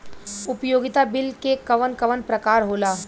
उपयोगिता बिल के कवन कवन प्रकार होला?